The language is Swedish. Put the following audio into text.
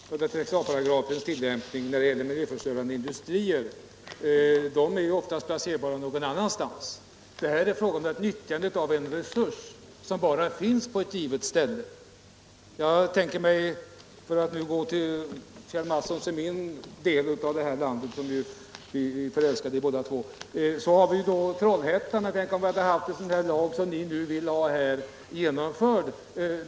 Fru talman! Det är väl skillnad på det vi nu diskuterar och tillämpningen av 136 a§ när det gäller miljöförstörande industrier. De är ju oftast möjliga att placera någon annanstans. Här är det fråga om att utnyttja en resurs som finns bara på ett givet ställe. För att nu gå till Kjell Mattssons och min del av det här landet — som vi ju är förälskade i båda två — vill jag nämna utbyggnaden av kraftverket i Trollhättan. Tänk om vi då hade haft en sådan lag som den ni nu vill ha genomförd.